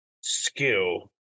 skill